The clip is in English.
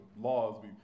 laws